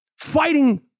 fighting